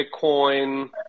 bitcoin